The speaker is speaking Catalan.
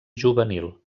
juvenil